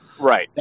right